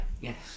Yes